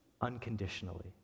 unconditionally